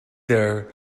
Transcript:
there